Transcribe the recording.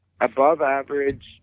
above-average